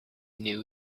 knew